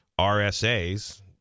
RSA's